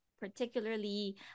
particularly